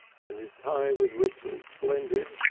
and his tie was richly splendid,